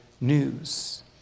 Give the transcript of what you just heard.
news